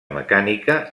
mecànica